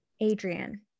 Adrian